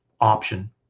option